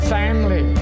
family